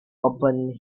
opened